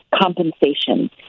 compensation